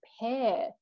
pair